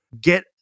Get